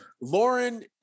Lauren